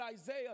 Isaiah